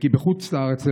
כי בחוץ לארץ למשל,